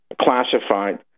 classified